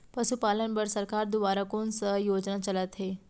पशुपालन बर सरकार दुवारा कोन स योजना चलत हे?